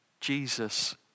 Jesus